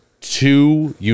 Two